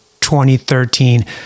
2013